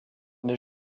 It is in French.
mais